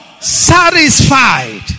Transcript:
Satisfied